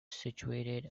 situated